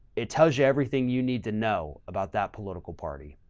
it tells you everything you need to know about that political party.